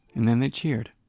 and then they cheered.